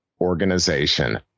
organization